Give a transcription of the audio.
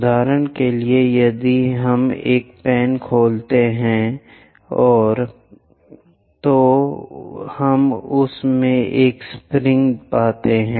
उदाहरण के लिए यदि हम एक पेन खोलते हैं तो हम उसमें एक स्प्रिंग पाते हैं